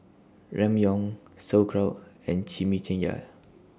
Ramyeon Sauerkraut and Chimichangas